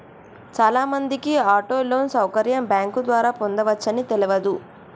చాలామందికి auto loan సౌకర్యం bank ద్వారా పొందవచ్చని తెలవదు